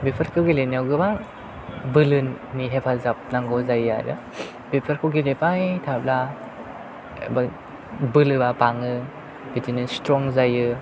बेफोरखौ गेलेनायाव गोबां बोलोनि हेफाजाब नांगौ जायो आरो बेफोरखौ गेलेबाय थाब्ला बोलोआ बाङो बिदिनो स्ट्रं जायो